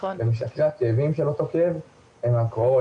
כי משככי הכאבים של אותו כאב הם אלכוהול,